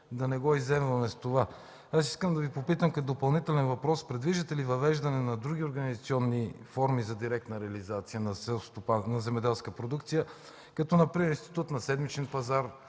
да не го изземваме с това. Искам да Ви попитам като допълнителен въпрос: предвиждате ли въвеждането на други организационни форми за директна реализация на земеделската продукция, какъвто е институтът на седмичния пазар,